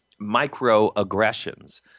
microaggressions